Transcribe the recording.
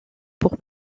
pour